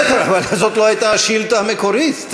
בסדר, אבל זו לא הייתה השאילתה המקורית.